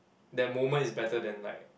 that moment is better than like